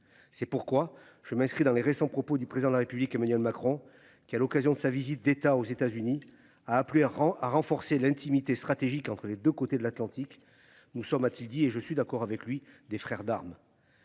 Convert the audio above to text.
C'est pourquoi je m'inscris dans les récents propos du président de la République Emmanuel Macron qui, à l'occasion de sa visite d'État aux États-Unis a appelé rend à renforcer l'intimité stratégique entre les 2 côtés de l'Atlantique. Nous sommes, a-t-il dit. Et je suis d'accord avec lui des frères d'armes.